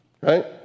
right